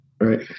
Right